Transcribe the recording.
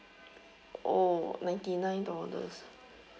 oh ninety nine dollars